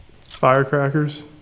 Firecrackers